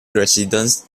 residents